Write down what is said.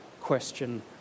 question